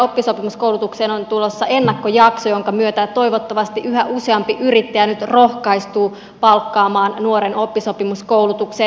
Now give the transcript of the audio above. oppisopimuskoulutukseen on tulossa ennakkojakso jonka myötä toivottavasti yhä useampi yrittäjä nyt rohkaistuu palkkaamaan nuoren oppisopimuskoulutukseen